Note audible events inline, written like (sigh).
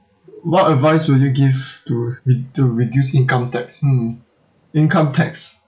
what advice would you give to re~ to reduce income tax hmm income tax (breath)